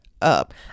up